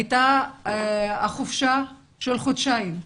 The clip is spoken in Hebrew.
הייתה חופשה של חודשיים.